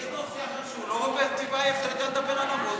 יש נושא אחר שהוא לא רוברט טיבייב שאתה יודע לדבר עליו?